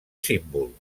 símbol